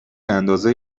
اندازه